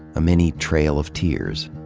a mini trail of tears.